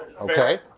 Okay